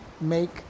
make